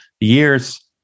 years